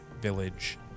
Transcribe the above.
village